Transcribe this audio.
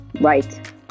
Right